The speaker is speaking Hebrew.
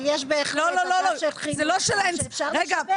אבל יש בהחלט --- שאפשר לשבץ.